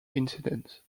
incident